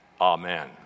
Amen